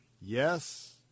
Yes